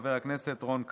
חבר הכנסת רון כץ,